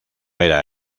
era